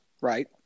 Right